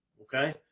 okay